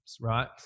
right